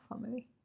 family